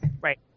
Right